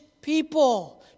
people